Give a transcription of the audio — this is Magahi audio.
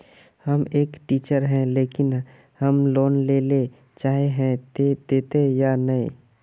हम एक टीचर है लेकिन हम लोन लेले चाहे है ते देते या नय?